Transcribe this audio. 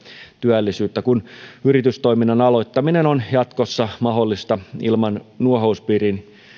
työllisyyttä kun yritystoiminnan aloittaminen on jatkossa mahdollista ilman nuohouspiirin